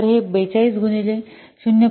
तर हे 42 गुणिले 0